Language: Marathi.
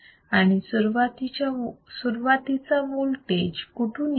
आणि सुरुवातीचा वोल्टेज कुठून येणार